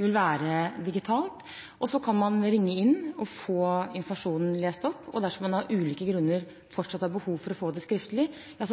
vil være digitalt. Så kan man ringe inn og få informasjonen lest opp, og dersom man av ulike grunner fortsatt har behov for å få det skriftlig,